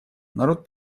народ